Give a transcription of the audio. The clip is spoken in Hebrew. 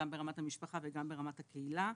גם ברמת המשפחה וגם ברמת הקהילה,